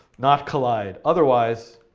not collide, otherwise,